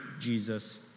Jesus